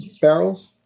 barrels